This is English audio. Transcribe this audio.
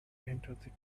entered